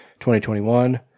2021